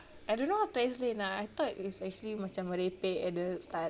I don't know how to explain ah I thought it's actually macam merepek at the start